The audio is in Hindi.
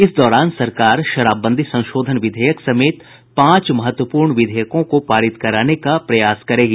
इस दौरान सरकार शराबबंदी संशोधन विधेयक समेत पांच महत्वपूर्ण विधेयकों को पारित कराने का प्रयास करेगी